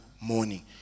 morning